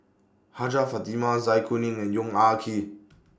Hajjah Fatimah Zai Kuning and Yong Ah Kee